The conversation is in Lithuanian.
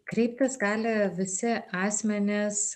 kreiptis gali visi asmenys